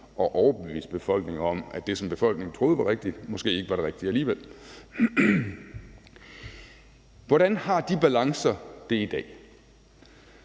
overbevise befolkningen om, at det, som befolkningen troede var rigtigt, måske ikke var det rigtige alligevel. Hvordan har de balancer det i dag?